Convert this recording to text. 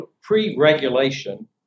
pre-regulation